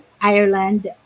Ireland